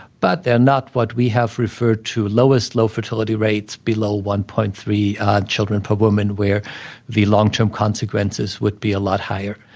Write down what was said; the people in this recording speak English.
but they are not what we have referred to lowest low fertility rates below one point three children per woman, where the long-term consequences would be a lot higher.